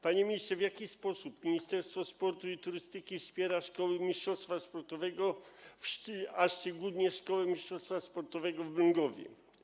Panie ministrze, w jaki sposób Ministerstwo Sportu i Turystyki wspiera szkoły mistrzostwa sportowego, a szczególnie szkołę mistrzostwa sportowego w Mrągowie?